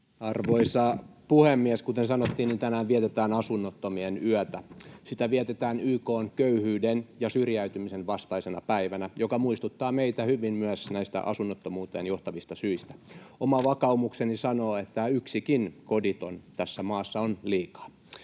Arvoisa puhemies! Kuten sanottiin, niin tänään vietetään Asunnottomien yötä. Sitä vietetään YK:n köyhyyden ja syrjäytymisen vastaisena päivänä, joka muistuttaa meitä hyvin myös näistä asunnottomuuteen johtavista syistä. Oma vakaumukseni sanoo, että yksikin koditon tässä maassa on liikaa.